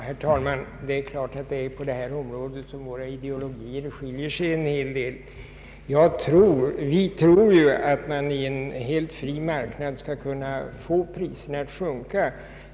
Herr talman! Det är givet att våra ideologier skiljer sig en hel del på detta område. Vi tror att man i en helt fri marknad skall kunna få priserna att sjunka.